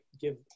give